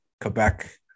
Quebec